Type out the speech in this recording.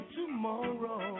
tomorrow